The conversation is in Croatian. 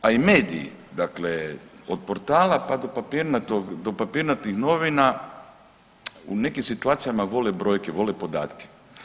A i mediji, dakle od portala pa do papirnatih novina u nekim situacijama vole brojke, vole podatke.